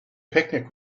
picnic